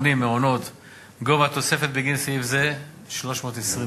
הפעלת חינוך חינם לילדים בגילים שלוש וארבע